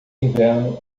inverno